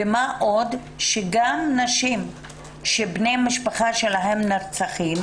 מה עוד, שגם נשים שבני משפחה שלהם נרצחו,